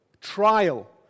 trial